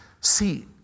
See